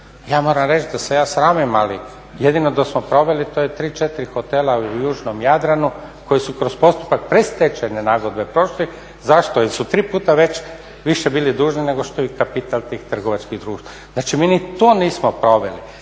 Ja moram reći da se ja sramim, ali jedino da smo proveli to je tri, četiri hotela u južnom Jadranu koji su kroz postupak predstečajne nagodbe prošli. Zašto? Jer su tri puta već više bili dužni nego što je kapital tih trgovačkih društava. Znači, mi ni to nismo proveli.